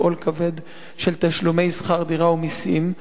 עול כבד של תשלומי שכר דירה ומסים,